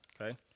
okay